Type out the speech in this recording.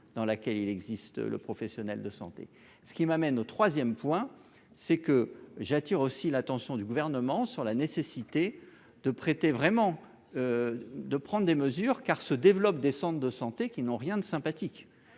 dans laquelle il existe le professionnel de santé, ce qui m'amène au 3ème point c'est que j'attire aussi l'attention du gouvernement sur la nécessité de prêter vraiment. De prendre des mesures car se développent des centres de santé qui n'ont rien de sympathique